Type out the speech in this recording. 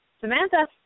Samantha